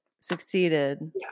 succeeded